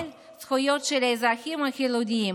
כולל זכויות של האזרחים החילונים,